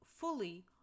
fully